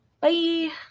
Bye